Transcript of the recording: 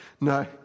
No